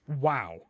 wow